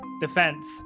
defense